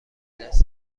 دست